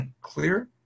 clear